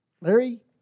Larry